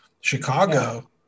Chicago